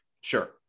sure